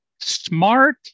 smart